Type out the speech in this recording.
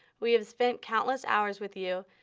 we have spent countless hours with you.